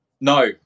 No